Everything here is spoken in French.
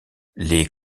les